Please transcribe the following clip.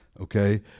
Okay